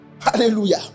Hallelujah